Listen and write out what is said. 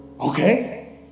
okay